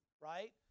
right